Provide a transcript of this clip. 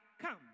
come